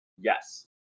Yes